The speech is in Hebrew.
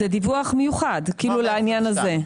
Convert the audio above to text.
זה דיווח מיוחד, לעניין הזה,